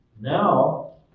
Now